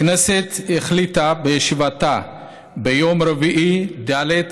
הכנסת החליטה בישיבתה ביום רביעי, ד'